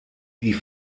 die